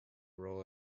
role